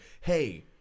hey